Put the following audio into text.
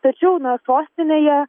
tačiau na sostinėje